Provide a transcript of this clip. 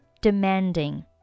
demanding